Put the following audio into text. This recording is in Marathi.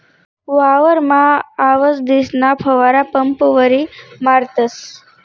वावरमा आवसदीसना फवारा पंपवरी मारतस